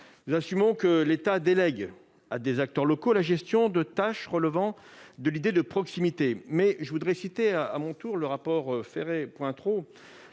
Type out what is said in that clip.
Nous assumons que l'État délègue à des acteurs locaux la gestion de tâches relevant de l'idée de proximité, mais je voudrais citer à mon tour le rapport de Corinne